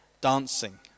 dancing